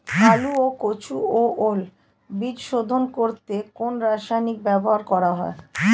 আলু ও কচু ও ওল বীজ শোধন করতে কোন রাসায়নিক ব্যবহার করা হয়?